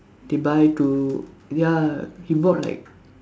they buy to ya he brought like